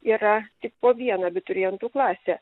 yra tik po vieną abiturientų klasę